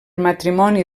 matrimoni